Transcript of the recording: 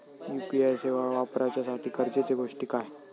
UPI सेवा वापराच्यासाठी गरजेचे गोष्टी काय?